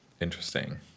interesting